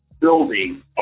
building